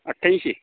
अठ्याऐंशी